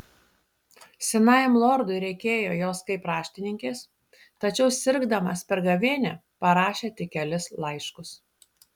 senajam lordui reikėjo jos kaip raštininkės tačiau sirgdamas per gavėnią parašė tik kelis laiškus